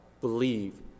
believe